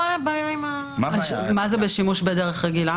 מה זה "שימוש בדרך רגילה"?